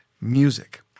Music